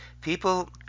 people